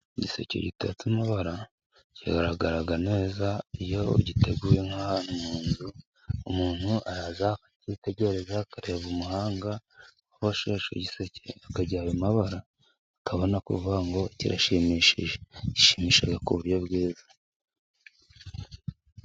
igiseke gitatse amabara kigaragara neza. Iyo ugiteguye nk'ahantu mu nzu, umuntu araza akitegereza, akareba umuhanga waboshye icyo giseke akagiha ayo mabara, akabona kuvuga ngo kirashimishije gishimisha ku buryo bwiza.